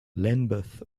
lambeth